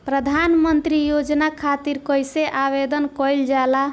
प्रधानमंत्री योजना खातिर कइसे आवेदन कइल जाला?